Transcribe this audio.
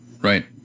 right